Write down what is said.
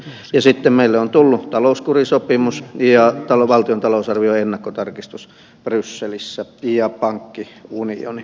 sitten meille on tullut talouskurisopimus ja valtion talousarvion ennakkotarkistus brysselissä ja pankkiunioni